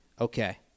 Okay